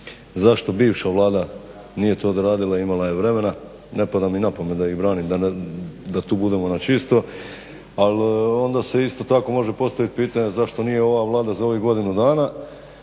zašto bivša Vlada nije to odradila, imala je vremena, ne pada mi na pamet da ih branim, da tu budemo na čisto, al onda se isto tako postavlja može postaviti pitanje zašto nije ova Vlada za ovih godinu dana,